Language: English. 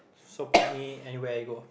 support me anywhere I go